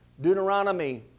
Deuteronomy